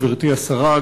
גברתי השרה,